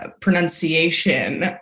pronunciation